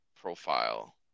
profile